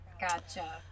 Gotcha